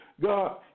God